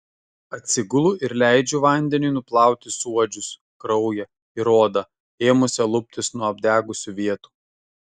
atsigulu ir leidžiu vandeniui nuplauti suodžius kraują ir odą ėmusią luptis nuo apdegusių vietų